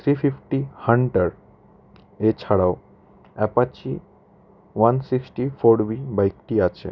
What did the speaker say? three fifty Hunter এছাড়াও Apache one sixty four B বাইকটি আছে